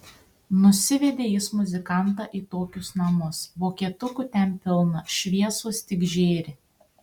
nusivedė jis muzikantą į tokius namus vokietukų ten pilna šviesos tik žėri